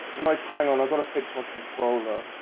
mike hang on i gotta fix my controller.